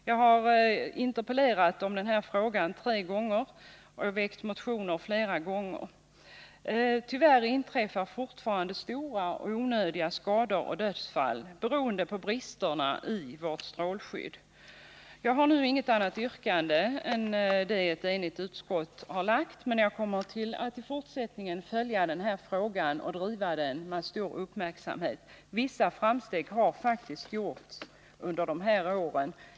Jag har interpellerat i den här frågan tre gånger och väckt motioner flera gånger. Tyvärr inträffar fortfarande stora och onödiga skador samt dödsfall beroende på brister i vårt strålskydd. Jag har nu inget annat yrkande än om bifall till det eniga utskottets hemställan, men jag kommer i fortsättningen att följa denna fråga med stor uppmärksamhet. Vissa framsteg har faktiskt gjorts under de här åren.